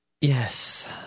yes